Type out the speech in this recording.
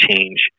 change